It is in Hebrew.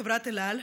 חברת אל על,